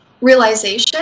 realization